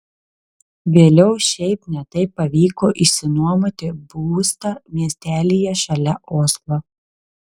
vėliau šiaip ne taip pavyko išsinuomoti būstą miestelyje šalia oslo